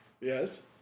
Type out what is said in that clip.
Yes